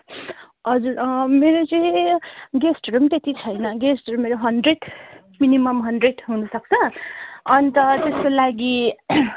हजुर मेरो चाहिँ गेस्टहरू पनि त्यति छैन गेस्टहरू मेरो हन्ड्रेड मिनिमम हन्ड्रेड हुनुसक्छ अन्त त्यसको लागि